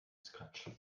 scratch